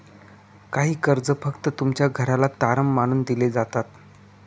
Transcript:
काही कर्ज फक्त तुमच्या घराला तारण मानून दिले जातात